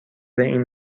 این